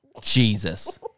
Jesus